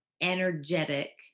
energetic